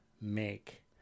make